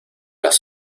las